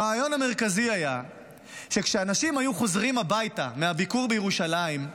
הרעיון המרכזי היה שכשאנשים היו חוזרים הביתה מהביקור בירושלים,